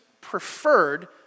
preferred